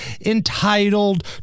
entitled